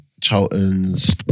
Charlton's